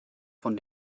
von